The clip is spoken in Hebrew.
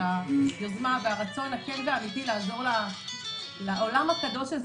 על היוזמה והרצון הכן והאמיתי שלך לעזור לעולם הקדוש הזה.